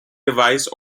device